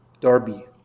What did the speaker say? Darby